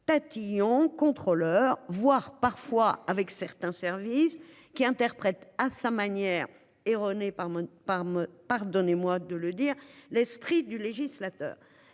tatillon contrôleur voire parfois avec certains services qui interprète à sa manière erronée par par me pardonnez-moi de le dire l'esprit du législateur.